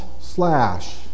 slash